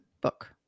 book